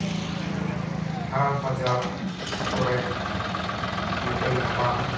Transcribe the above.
ᱦᱟᱴ ᱵᱟᱡᱟᱨ ᱠᱚᱨᱮ ᱧᱮᱯᱮᱞ ᱧᱟᱯᱟᱢ